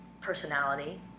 personality